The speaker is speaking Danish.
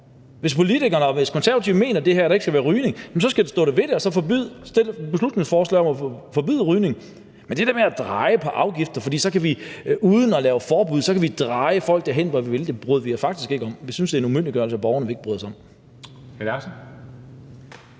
Hvis politikerne og hvis Konservative mener det her, altså at der ikke skal være rygning, så stå da ved det, og så fremsæt et beslutningsforslag om at forbyde rygning. Men det der med at skrue på afgifterne, hvor man så uden at lave forbud kan føre folk derhen, hvor vi vil, bryder vi os faktisk ikke om. Vi synes, det er en umyndiggørelse af borgerne, og det bryder vi os